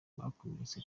bakomeretse